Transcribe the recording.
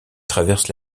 traverse